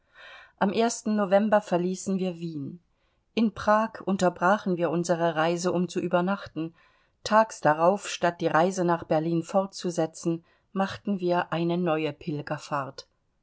am november verließen wir wien in prag unterbrachen wir unsere reise um zu übernachten tags darauf statt die reise nach berlin fortzusetzen machten wir eine neue pilgerfahrt